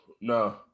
no